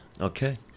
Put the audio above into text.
okay